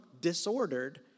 disordered